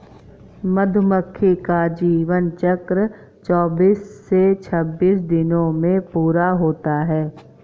मधुमक्खी का जीवन चक्र चौबीस से छब्बीस दिनों में पूरा होता है